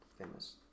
Famous